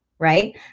right